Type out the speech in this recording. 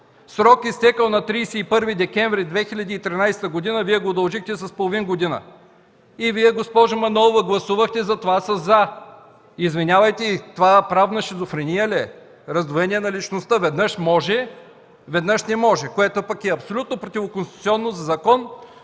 Срокът е изтекъл на 31 декември 2013 г., Вие го удължихте с половин година. И Вие, госпожо Манолова, гласувахте за това със „за”. Извинявайте, това правна шизофрения ли е? Раздвоение на личността – веднъж може, веднъж не може, което пък е абсолютно противоконституционно за закон